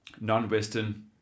non-Western